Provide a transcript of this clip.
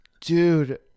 Dude